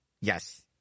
Yes